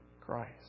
Christ